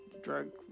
drug